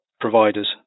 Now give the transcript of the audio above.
providers